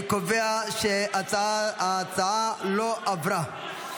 אני קובע שההצעה לא עברה.